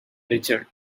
richard